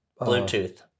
Bluetooth